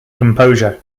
composure